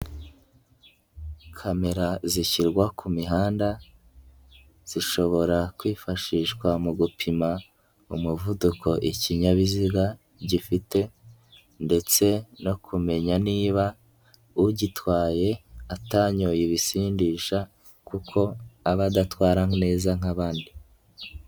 Kamera zishyirwa ku mihanda, zishobora kwifashishwa mu gupima umuvuduko ikinyabiziga gifite ndetse no kumenya niba ugitwaye atanyoye ibisindisha kuko aba adatwara neza nk'abandi.